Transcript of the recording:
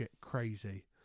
crazy